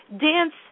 Dance